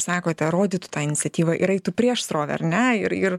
sakote rodytų tą iniciatyvą ir aitų prieš srovę ar ne ir ir